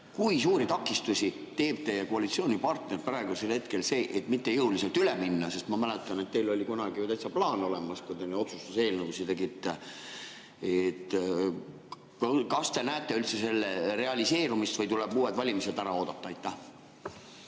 Kui suuri takistusi teeb teie koalitsioonipartner praegusel hetkel, et mitte jõuliselt üle minna? Ma mäletan, et teil oli kunagi täitsa plaan olemas, kui te neid otsustuseelnõusid tegite. Kas te näete üldse selle realiseerumist või tuleb uued valimised ära oodata?